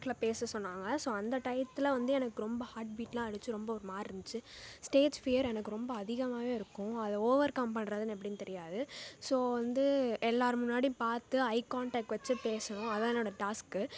பேச சொன்னாங்க ஸோ அந்த டையத்தில் வந்து எனக்கு ரொம்ப ஹார்ட் பீட்லாம் அடித்து ரொம்ப ஒரு மாதிரிருந்துச்சு ஸ்டேஜ் ஃபியர் எனக்கு ரொம்ப அதிகமாகவேருக்கும் அதை ஓவர்கம் பண்றதுனு எப்படின்னு தெரியாது ஸோ வந்து எல்லார் முன்னாடியும் பார்த்து ஐ காண்ட்டக்ட் வச்சு பேசணும் அதுதான் என்னோடய டாஸ்க்கு